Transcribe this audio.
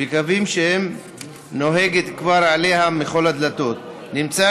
בקווים שבהם כבר נהוגה עלייה מכל הדלתות נמצא